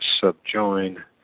subjoin